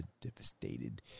Devastated